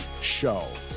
Show